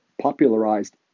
popularized